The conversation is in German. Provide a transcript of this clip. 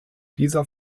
dieser